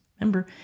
Remember